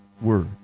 word